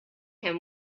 him